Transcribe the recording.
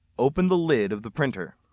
open the lid of the printer.